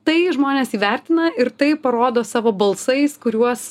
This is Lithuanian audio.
tai žmonės įvertina ir tai parodo savo balsais kuriuos